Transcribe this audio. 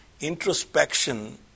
introspection